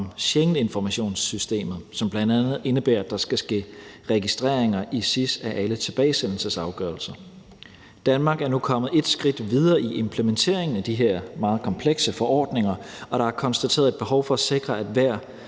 om Schengeninformationssystemet, som bl.a. indebærer, at der skal ske registreringer i SIS af alle tilbagesendelsesafgørelser. Danmark er nu kommet ét skridt videre i implementeringen af de her meget komplekse forordninger, og der er konstateret et behov for at sikre, at hver